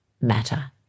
matter